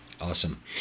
Awesome